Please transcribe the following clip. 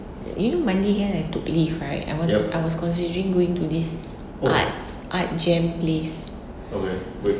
you know monday kan I took leave right I want I was considering going to this art art jam place